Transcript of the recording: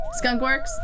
Skunkworks